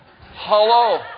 hello